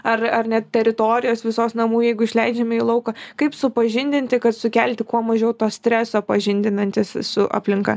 ar ar net teritorijos visos namų jeigu išleidžiame į lauką kaip supažindinti kad sukelti kuo mažiau to streso pažindinantis su aplinka